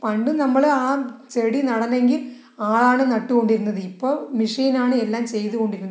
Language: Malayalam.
പണ്ട് നമ്മൾ ആ ചെടി നടണമെങ്കിൽ ആളാണ് നട്ട് കൊണ്ടിരുന്നത് ഇപ്പോൾ മിഷീനാണ് എല്ലാം ചെയ്ത്കൊണ്ടിരിക്കുന്നത്